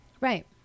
Right